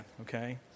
okay